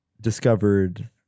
discovered